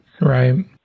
Right